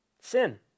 sin